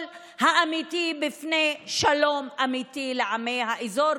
האמיתי בפני שלום אמיתי לעמי האזור,